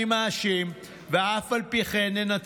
אני מאשים, ואף על פי כן אנחנו ננצח".